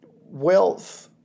wealth